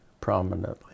prominently